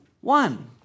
one